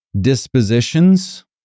dispositions